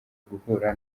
guhura